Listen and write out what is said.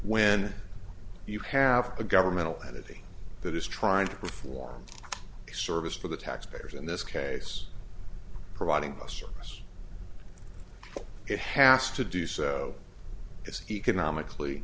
when you have a governmental entity that is trying to perform a service for the taxpayers in this case providing a service it has to do so as economically